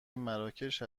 مراکش